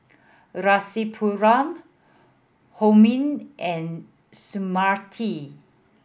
Rasipuram Homi and Smriti